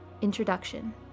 Introduction